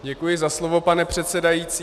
Děkuji za slovo, pane předsedající.